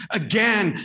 again